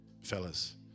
fellas